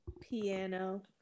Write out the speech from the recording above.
Piano